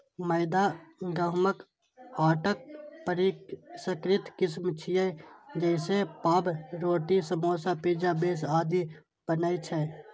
मैदा गहूंमक आटाक परिष्कृत किस्म छियै, जइसे पावरोटी, समोसा, पिज्जा बेस आदि बनै छै